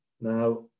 Now